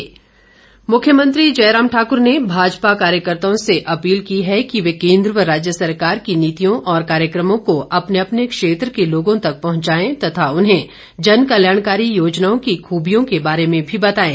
जयराम ठाक्र मुख्यमंत्री जयराम ठाकुर ने भाजपा कार्यकर्ताओं से अपील की है कि वे केंद्र व राज्य सरकार की नीतियों और कार्यक्रमों को अपने अपने क्षेत्र के लोगों तक पहंचाएं तथा उन्हें जनकल्याणकारी योजनाओं की खूबियों के बारे में भी बताएं